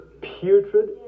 putrid